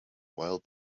while